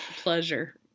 pleasure